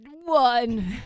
one